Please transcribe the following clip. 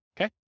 Okay